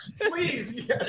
Please